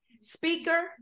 speaker